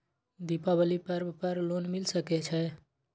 दीपावली पर्व पर लोन मिल सके छै?